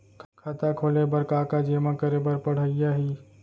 खाता खोले बर का का जेमा करे बर पढ़इया ही?